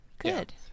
Good